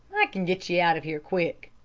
i can get you out of here quick.